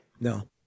No